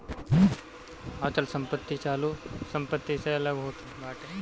अचल संपत्ति चालू संपत्ति से अलग होत बाटे